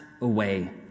away